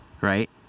right